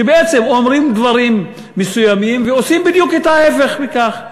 שבעצם אומרים דברים מסוימים ועושים בדיוק את ההפך מכך.